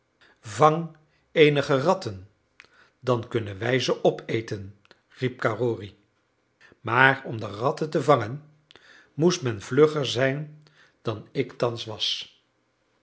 vang eenige ratten dan kunnen wij ze opeten riep carrory maar om de ratten te vangen moest men vlugger zijn dan ik thans was